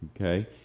Okay